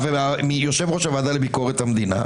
ויושב-ראש הוועדה לביקורת המדינה